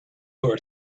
were